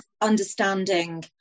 understanding